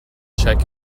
check